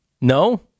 No